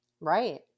Right